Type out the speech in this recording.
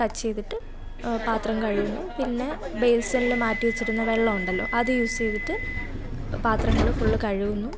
touch ചെയ്തിട്ട് പാത്രം കഴുകുന്നു പിന്നെ ബെയ്സിനിൽ മാറ്റി വെച്ചിരുന്ന വെള്ളം ഉണ്ടല്ലോ അത് യൂസ് ചെയ്തിട്ട് പത്രങ്ങൾ ഫുള്ള് കഴുകുന്നു